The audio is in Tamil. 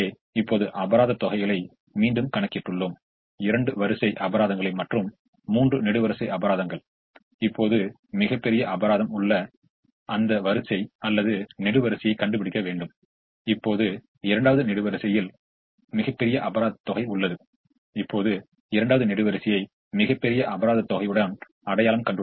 எனவே நாம் இப்போது அந்த நிலையில் எவ்வளவு பூர்த்தி செய்ய முடியும் என்பதைப் பார்க்க நாம் முயற்சிக்க வேண்டும் எனவே அந்த நிலையில் நாம் எவ்வளவு பூர்த்தி செய்ய முடியும் என்பதைக் கண்டுபிடிக்க இப்போது நாம் அந்த நிலையில் θ வை பொருத்தி பார்க்க வேண்டும் என்று கூறுகிறோம் ஆக அந்த நிலையில் சரியாக θ வை பொருத்தி பார்ப்போம்